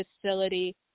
facility